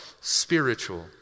spiritual